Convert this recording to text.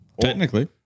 technically